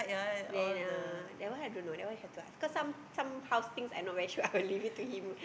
when ah that one I don't know that one I have to ask cause some some house things I not very sure I will leave it to him